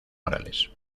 morales